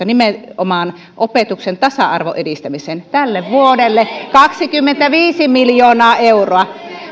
nimenomaan opetuksen tasa arvon edistämiseen tälle vuodelle kaksikymmentäviisi miljoonaa euroa